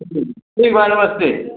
जी ठीक बा नमस्ते